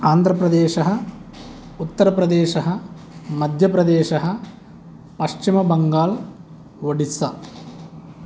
आन्ध्रप्रदेशः उत्तरप्रदेशः मध्यप्रदेशः पश्चिमबङ्गाल् ओडिस्सा